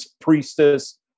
priestess